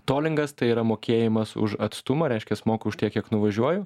tolingas tai yra mokėjimas už atstumą reiškias moku už tiek kiek nuvažiuoju